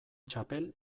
txapel